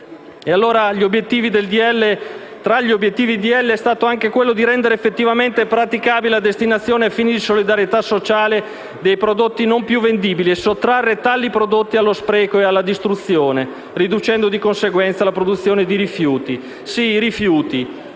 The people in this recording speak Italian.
disegno di legge c'è stato anche quello di rendere effettivamente praticabile la destinazione a fini di solidarietà sociale dei prodotti non più vendibili e sottrarre tali prodotti allo spreco e alla distruzione, riducendo di conseguenza la produzione di rifiuti. Sì, rifiuti,